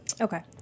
Okay